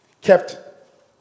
kept